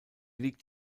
liegt